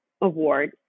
award